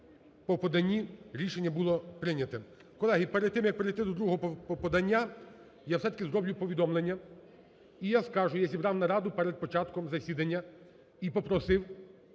по поданню рішення було прийнято. Колеги, перед тим як перейти до другого подання я все-таки зроблю повідомлення. І я скажу, я зібрав нараду перед початком засідання і попросив